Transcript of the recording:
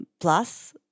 Plus